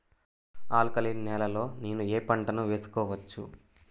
Alkaline నేలలో నేనూ ఏ పంటను వేసుకోవచ్చు?